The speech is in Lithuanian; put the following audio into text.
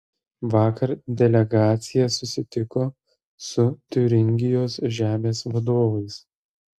vakar delegacija susitiko su tiuringijos žemės vadovais